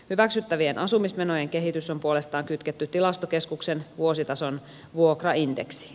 hyväksyttävien asumismenojen kehitys on puolestaan kytketty tilastokeskuksen vuositason vuokraindeksiin